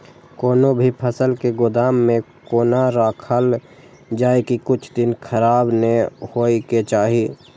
कोनो भी फसल के गोदाम में कोना राखल जाय की कुछ दिन खराब ने होय के चाही?